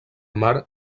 mar